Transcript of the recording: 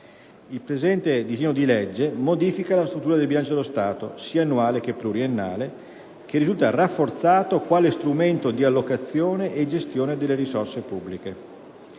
II disegno di legge in esame modifica la struttura del bilancio dello Stato (sia annuale che pluriennale), che risulta rafforzato quale strumento di allocazione e gestione delle risorse pubbliche.